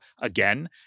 again